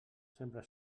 sempre